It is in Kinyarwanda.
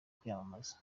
kwiyamamaza